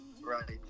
Right